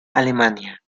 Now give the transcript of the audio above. alemania